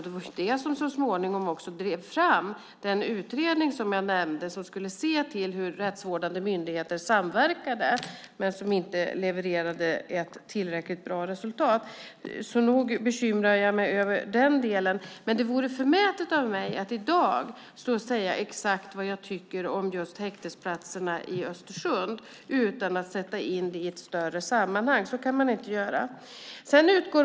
Det var detta som så småningom drev fram den utredning jag nämnde, som skulle se på hur olika rättsvårdande myndigheter samverkade men inte levererade tillräckligt bra resultat. Nog bekymrar jag mig över detta. Det vore dock förmätet av mig att säga exakt vad jag tycker om just häktesplatserna i Östersund utan att sätta in detta i ett större sammanhang. Så kan man inte göra.